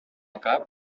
cap